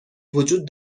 وجود